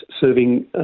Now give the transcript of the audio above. serving